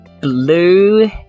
blue